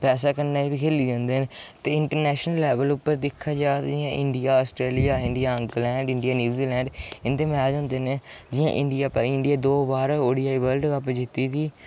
पैसै कन्नै बी खेह्ले जंदे न ते इंटरनैशनल लैवल उपर दिक्खेआ जा ते जि'यां India Australia India England India New Zealand इं'दे मैच होंदे न जि'यां इंडिया पर इंडिया दो बार ओड़ीआई वर्लड कप जीती दी ऐ